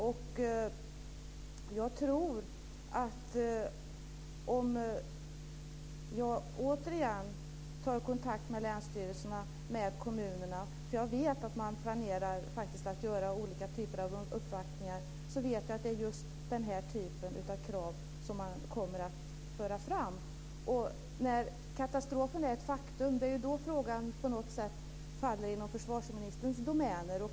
Om jag återigen tar kontakt med länsstyrelserna och kommunerna - jag vet att man planerar att göra olika uppvaktningar - är det just den här typen av krav som kommer att föras fram. Det är när katastrofen är ett faktum som frågan faller inom försvarsministerns domäner.